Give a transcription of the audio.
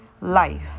life